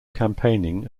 campaigning